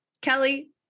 Kelly